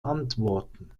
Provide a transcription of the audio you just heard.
antworten